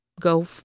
go